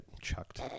Chucked